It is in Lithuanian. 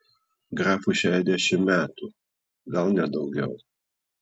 grafui šešiasdešimt metų gal net daugiau